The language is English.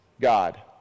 God